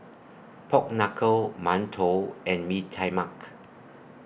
Pork Knuckle mantou and Bee Tai Mak